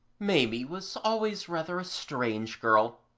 maimie was always rather a strange girl,